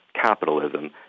capitalism